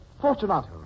Fortunato